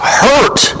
hurt